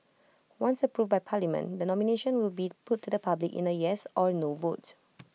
once approved by parliament the nomination will be put to the public in A yes or no vote